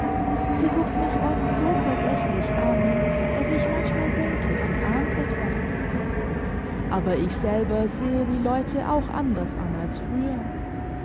sie guckt mich oft so verdächtig an daß ich manchmal denke sie ahnt etwas aber ich selber sehe die leute auch anders an als früher